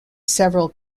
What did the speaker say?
several